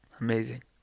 Amazing